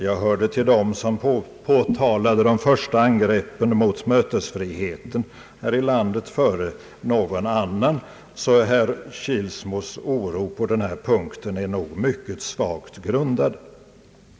Jag hörde till dem som påtalade de första angreppen mot mötesfriheten här i landet. Herr Kilsmos oro på denna punkt är mycket svagt grundad.